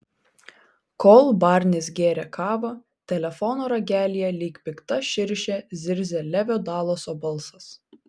kol barnis gėrė kavą telefono ragelyje lyg pikta širšė zirzė levio dalaso balsas